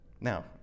Now